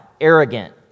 arrogant